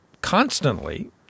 constantly